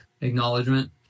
acknowledgement